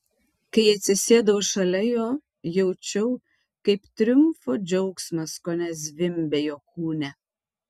kai atsisėdau šalia jo jaučiau kaip triumfo džiaugsmas kone zvimbia jo kūne